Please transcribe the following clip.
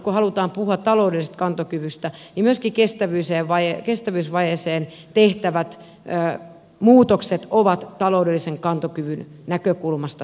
kun halutaan puhua taloudellisesta kantokyvystä niin myöskin kestävyysvajeeseen tehtävät muutokset ovat taloudellisen kantokyvyn näkökulmasta tärkeitä